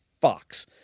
Fox